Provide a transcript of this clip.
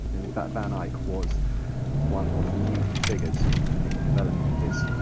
and, in fact, van eyck was one of the leading figures in the development of this